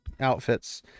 outfits